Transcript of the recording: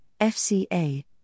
FCA